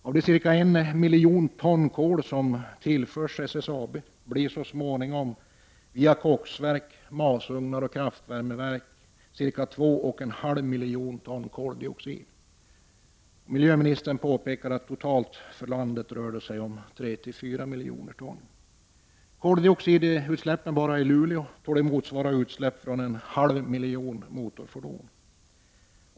Av de ca 1 miljon ton kol som tillförs SSAB blir så småningom via koksverk, masugnar och kraftvärmeverk ca 2,5 miljoner ton koldioxid. Miljöministern påpekar att det totalt för landet rör sig om 3 till 4 miljoner ton. Koldioxidutsläppen bara i Luleå torde motsvara utsläpp från en halv miljon motorfordon.